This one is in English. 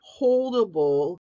holdable